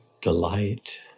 delight